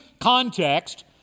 context